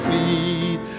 feet